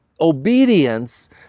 obedience